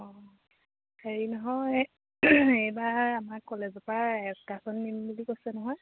অঁ হেৰি নহয় এইবাৰ আমাৰ কলেজৰ পৰা এক্সকাৰ্ছন নিম বুলি কৈছে নহয়